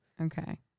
Okay